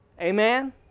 Amen